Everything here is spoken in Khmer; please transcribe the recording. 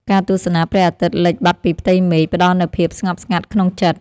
ការទស្សនាព្រះអាទិត្យលិចបាត់ពីផ្ទៃមេឃ ផ្តល់នូវភាពស្ងប់ស្ងាត់ក្នុងចិត្ត។